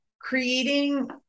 creating